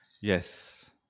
Yes